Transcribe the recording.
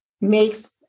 makes